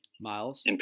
miles